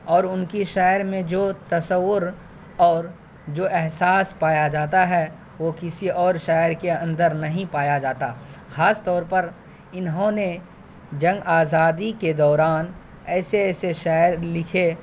اور ان کی شاعری میں جو تصور اور جو احساس پایا جاتا ہے وہ کسی اور شاعر کے اندر نہیں پایا جاتا خاص طور پر انہوں نے جنگ آزادی کے دوران ایسے ایسے شعر لکھے